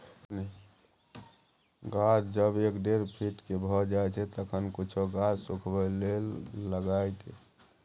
गाछ जब एक डेढ फीट के भ जायछै तखन कुछो गाछ सुखबय लागय छै केना दबाय देल जाय?